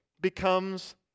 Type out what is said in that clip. becomes